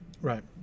Right